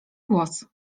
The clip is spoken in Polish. głos